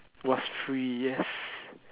was free yes